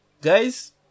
guys